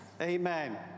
Amen